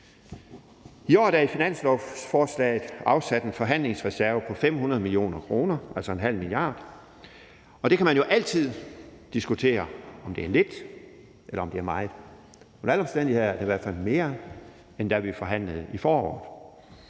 I år er der i finanslovsforslaget afsat en forhandlingsreserve på 500 mio. kr., altså 0,5 mia. kr., og man kan jo altid diskutere, om det er lidt, eller om det er meget. Under alle omstændigheder er det i hvert fald mere, end da vi forhandlede i foråret.